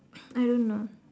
I don't know